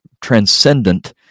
transcendent